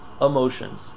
emotions